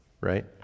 right